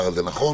נכון?